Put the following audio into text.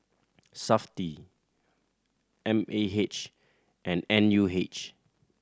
Safti M A H and N U H